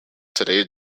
today